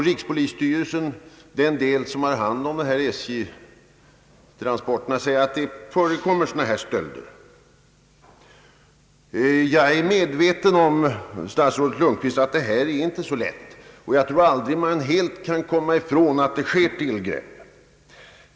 Rikspolisstyrelsen och de i detta sammanhang ansvariga vid SJ säger att sådana här stölder förekommer. Jag är medveten om, statsrådet Lundkvist, att detta är ett besvärligt problem. Jag tror inte heller att man helt kan komma ifrån sådana tillgrepp.